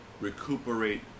recuperate